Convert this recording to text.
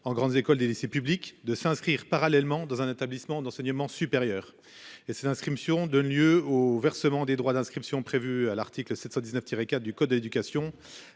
en grandes écoles, des lycées publics de s'inscrire parallèlement dans un établissement d'enseignement supérieur et cette inscription donne lieu au versement des droits d'inscription, prévue à l'article 719 tiré quatre du code de l'éducation,